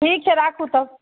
ठीक छै राखू तब